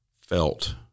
felt